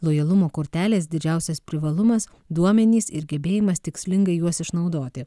lojalumo kortelės didžiausias privalumas duomenys ir gebėjimas tikslingai juos išnaudoti